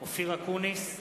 אופיר אקוניס,